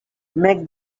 make